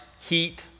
heat